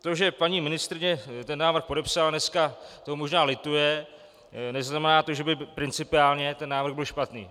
To, že paní ministryně ten návrh podepsala, dneska toho možná lituje, neznamená, že by principiálně ten návrh byl špatný.